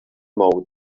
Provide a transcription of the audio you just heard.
mode